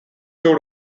two